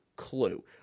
clue